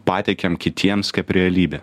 pateikiam kitiems kaip realybę